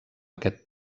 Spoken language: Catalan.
aquest